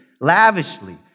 lavishly